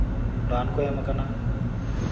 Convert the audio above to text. ᱨᱟᱱ ᱠᱚ ᱮᱢ ᱠᱟᱱᱟ